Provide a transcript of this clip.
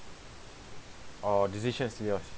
oh decision's yours